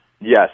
Yes